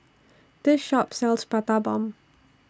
This Shop sells Prata Bomb